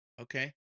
Okay